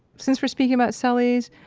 since we're speaking about cellies,